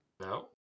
No